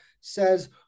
says